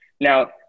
now